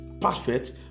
perfect